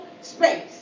space